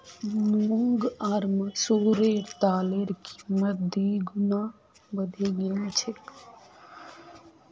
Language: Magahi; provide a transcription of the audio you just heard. मूंग आर मसूरेर दालेर कीमत दी गुना बढ़े गेल छेक